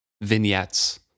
vignettes